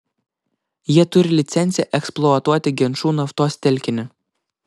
jie turi licenciją eksploatuoti genčų naftos telkinį